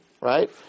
right